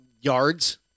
yards